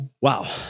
Wow